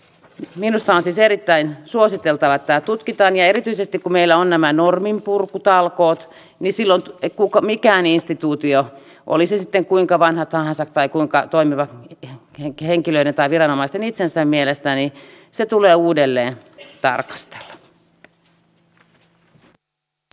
minusta on siis erittäin suositeltavaa että tämä tutkitaan ja erityisesti kun meillä on nämä norminpurkutalkoot silloin jokainen instituutio oli se sitten kuinka vanha tahansa tai kuinka toimiva viranomaisten itsensä mielestä tulee uudelleen tarkastella